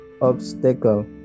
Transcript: obstacle